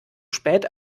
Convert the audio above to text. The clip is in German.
spät